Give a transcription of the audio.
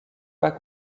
pas